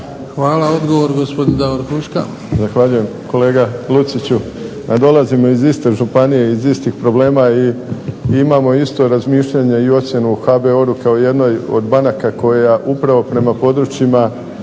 Hvala. Odgovor, gospodin Davor Huška.